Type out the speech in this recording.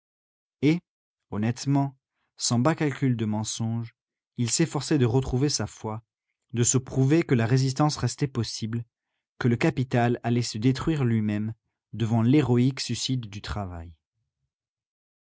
et honnêtement sans bas calculs de mensonge il s'efforçait de retrouver sa foi de se prouver que la résistance restait possible que le capital allait se détruire lui-même devant l'héroïque suicide du travail